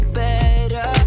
better